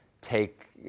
take